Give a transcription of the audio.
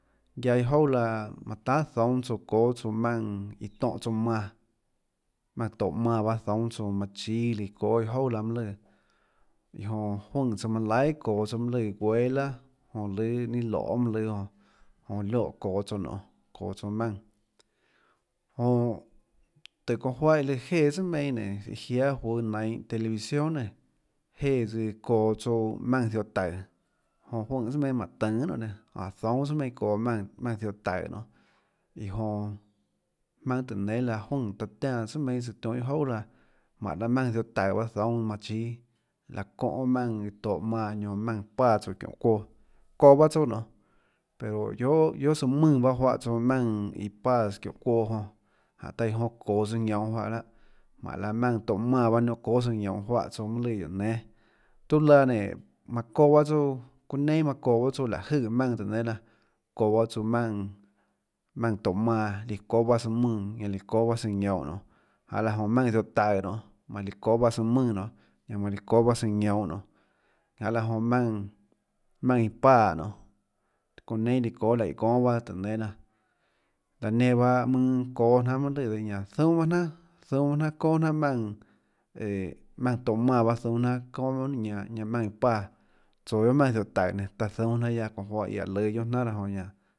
Iâ jouà laã manã tahà zoúnâ tsouã çóâ tsouã çóâ tsouã maùnã iã tóhå tsouã manã maùnã tóhå manã panhâ zoúnâ tsouã manã chíâ iã líã çóâ iâ jouà laã mønâ lùã iã jonã juønè tsøå manã laihà çoå tsøã mønâ lùã guéâ laàjonã lùâ ninâ loê mønâ jonã lioè çoå tsouã nionê çoå tsouã maùnã jonã tùhå çounã juáhã iã lùã jéã tsùà meinhâ nénå iã jiáâ juøå nainhå televisión nénå jéã tsøã çoå tsouã maùnã ziohå taùå jonã juønè tsùà meinhâ manã tønå guiohà nionê nénã áhå zoúnâ tsùà meinhâ çóâ maùnã ziohå taùå nonê iã jonã maønâ tùhå nénâ laã juønè taã tiánã tsùà meinhâ tionhâ iâ jouà laã jmánhå laã maùnã ziohå taùå zoúnâ manã chíâ laã çóhã maùnã tohå manã ñaonã oã maùnã páã tsouã çiónhå çuoã koå pahâ tsouã nonê pero guiohà tsøã mùnã paâ juáhã tsouã maùnã iã pásã çióhå çuoã jánhå taã iã onã çoå tsøã ñounhå juáhã jmánhå laã aùnã tohå manã líã çóâ tsøã ñounhå juáhå tsouã mønâ lùã guióhå nénâ tiuâ laã nénå manã çoå paâ tsouã çounã neinâ manã çoå paâ tsouã maùnã tùhå nénã laã çoå pahâ tsouã maùnã maùnã tohå manã líã çóâ pahâ tsøã mùnã ñanã líã çóâ pahâ tsøã ñounhå janê laã jonã maùnã ziohå taùå nionê manã líã çóâ pahâ tsøã mùnã nonê ñanã manã líã çóâ pahâ tsøã ñounhå nonê janê laã jonã maùnã maùnã iã páã nonê çounã neinâ líã çóhâ laíhå gónâ pahâ tùhå nénâ laã laã nenã pahâ mønâ çóhâ jnanà mønã lùã dihâ ñanã zúunâ pahâ jnanà zúunâ pahâ jnanà çóà jnanà maùnã eee maùnã tohå manã pahâ zuúnâ jnanà çonà ñanã ñanã maùnã páã tsoå guiohà maùnã ziohå taùå taã zuúnã jnanà guiaâ çóhã juáhã iã lùã guionà jnanà raã jonã ñanã